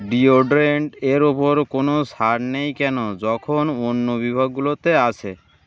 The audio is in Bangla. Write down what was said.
ডিওড্রেন্ট এর ওপর কোনো সার নেই কেন যখন অন্য বিভাগুলোতে আসে